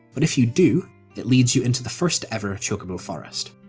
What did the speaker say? but if you do it leads you into the first ever chocobo forest.